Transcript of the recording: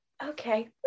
okay